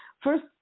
First